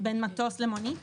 בין מטוס למונית?